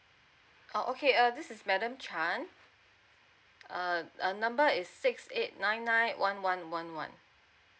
oh okay uh this is madam chan err err number is six eight nine nine one one one one